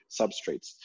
substrates